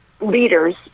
leaders